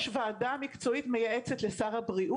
יש ועדה מקצועית מייעצת לשר הבריאות.